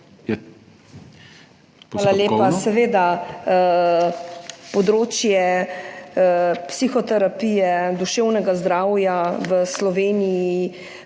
Hvala lepa. Seveda, področje psihoterapije in duševnega zdravja v Sloveniji